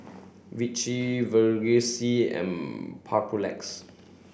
Vichy Vagisil and Papulex